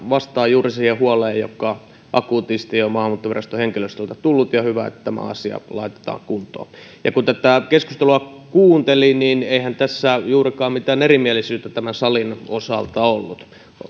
vastaa juuri siihen huoleen joka akuutisti on maahanmuuttoviraston henkilöstöltä tullut on hyvä että tämä asia laitetaan kuntoon kun tätä keskustelua kuunteli niin eihän tässä juurikaan mitään erimielisyyttä tämän salin osalta ollut